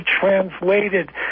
translated